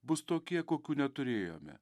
bus tokie kokių neturėjome